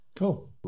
Cool